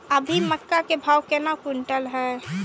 अभी मक्का के भाव केना क्विंटल हय?